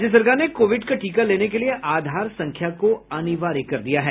राज्य सरकार ने कोविड का टीका लेने के लिये आधार संख्या को अनिवार्य कर दिया है